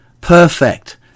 perfect